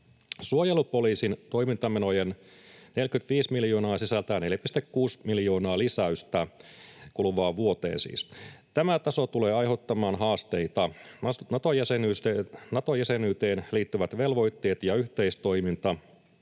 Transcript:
Suojelupoliisin toimintamenojen 45 miljoonaa sisältää 4,6 miljoonaa lisäystä, kuluvaan vuoteen siis. Tämä taso tulee aiheuttamaan haasteita. Nato-jäsenyyteen liittyvät velvoitteet ja yhteistoiminta,